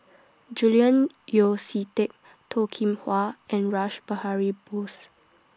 Julian Yeo See Teck Toh Kim Hwa and Rash Behari Bose